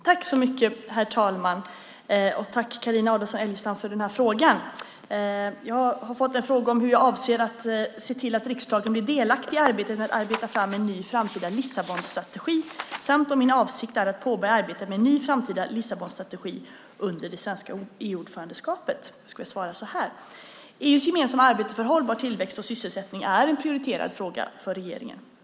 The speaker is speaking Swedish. Herr talman! Carina Adolfsson Elgestam har frågat mig hur jag avser att se till att riksdagen blir delaktig i arbetet med att arbeta fram en ny framtida Lissabonstrategi samt om min avsikt är att påbörja arbetet med en ny framtida Lissabonstrategi under det svenska EU-ordförandeskapet. EU:s gemensamma arbete för hållbar tillväxt och sysselsättning är en prioriterad fråga för regeringen.